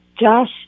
Josh